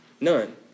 None